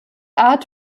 art